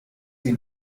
sie